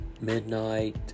midnight